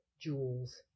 jewels